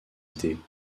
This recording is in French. idées